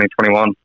2021